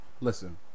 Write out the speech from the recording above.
Listen